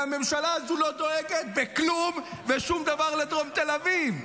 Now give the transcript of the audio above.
והממשלה הזאת לא דואגת בכלום ושום דבר לדרום תל אביב.